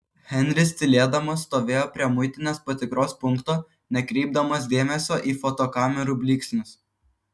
henris tylėdamas stovėjo prie muitinės patikros punkto nekreipdamas dėmesio į fotokamerų blyksnius